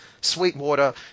sweetwater